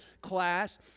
class